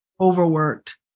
overworked